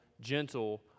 gentle